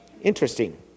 Interesting